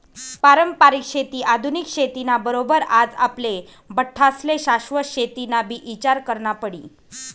पारंपरिक शेती आधुनिक शेती ना बरोबर आज आपले बठ्ठास्ले शाश्वत शेतीनाबी ईचार करना पडी